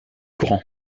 grand